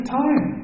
time